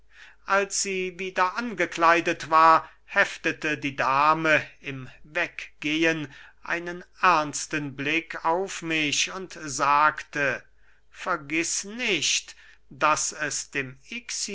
als sie wieder angekleidet war heftete die dame im weggehen einen ernsten blick auf mich und sagte vergiß nicht daß es dem